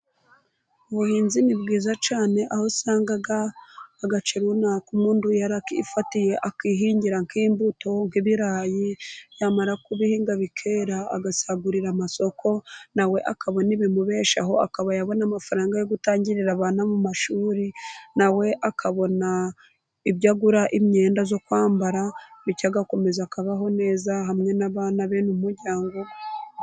Ubuhinzi ni bwiza cyane. Aho usanga agace runaka umuntu yarakifatiye akihingira nk'imbuto . nki ibirayi yamara kubihinga bikera ,agasagurira amasoko , na we akabona ibimubeshaho ,akaba yabona amafaranga yo gutangirira abana mu mashuri . Nawe akabona ibyo agura imyenda zo kwambara, bityo agakomeza akabaho neza hamwe n'abana be n'umuryango we.